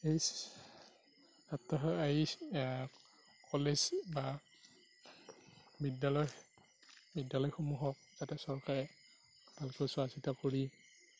H ছাত্ৰ ছা এইচ কলেজ বা বিদ্যালয় বিদ্যালয়সমূহক যথেষ্টকে ভালকৈ চোৱা চিতা কৰি